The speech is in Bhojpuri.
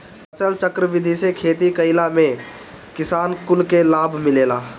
फसलचक्र विधि से खेती कईला में किसान कुल के लाभ मिलेला